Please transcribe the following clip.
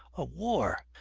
a war!